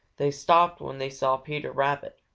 they stopped when they saw peter rabbit.